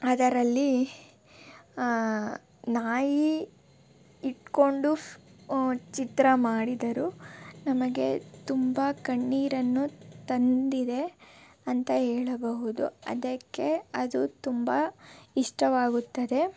ಅದರಲ್ಲಿ ನಾಯಿ ಇಟ್ಟುಕೊಂಡು ಫಿ ಚಿತ್ರ ಮಾಡಿದರು ನಮಗೆ ತುಂಬ ಕಣ್ಣೀರನ್ನು ತಂದಿದೆ ಅಂತ ಹೇಳಬಹುದು ಅದಕ್ಕೆ ಅದು ತುಂಬ ಇಷ್ಟವಾಗುತ್ತದೆ